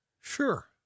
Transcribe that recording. Sure